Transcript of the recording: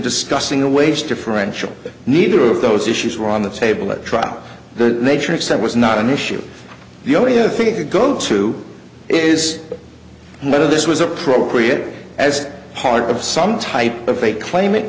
discussing a wage differential neither of those issues were on the table at trial the nature of said was not an issue the only other thing to go to is whether this was appropriate as part of some type of a claim